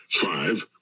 five